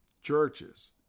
churches